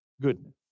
goodness